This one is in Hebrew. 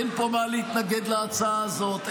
אין פה מה להתנגד להצעה הזאת,